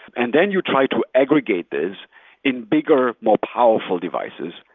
and then you try to aggregate this in bigger, more powerful devices,